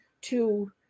to-